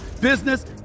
business